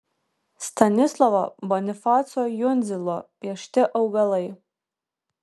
stanislovo bonifaco jundzilo piešti augalai